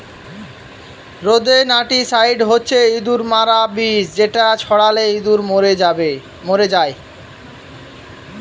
rodenticide হচ্ছে ইঁদুর মারার বিষ যেটা ছড়ালে ইঁদুর মরে যায়